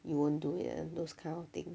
you won't do it ah those kind of thing